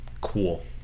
Cool